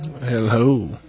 Hello